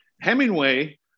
Hemingway